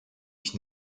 ich